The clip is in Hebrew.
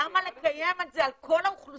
למה לקיים את זה על כל האוכלוסייה?